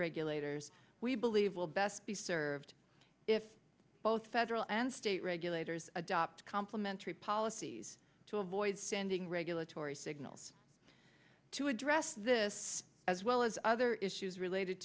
regulators we believe will best be served if both federal and state regulators adopt complementary policies to avoid sending regulatory signals to address this as well as other issues related